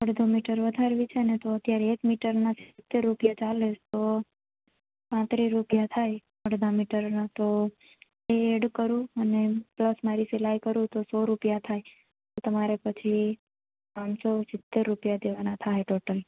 અડધો મીટર વધારવી છે ને તો અત્યારે એક મીટરના સિત્તેર રૂપિયા ચાલે છે તો પાત્રીસ રૂપિયા થાય અડધા મીટરના તો એ એડ કરું અને પ્લસ મારી સિલાઈ કરું તો સો રૂપિયા થાય તો તમારે પછી પાંચસો સિત્તેર રૂપિયા દેવાના થાય ટોટલ